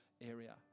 area